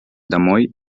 домой